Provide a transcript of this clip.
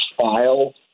file